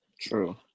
True